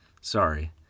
Sorry